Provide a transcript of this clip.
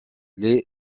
est